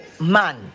man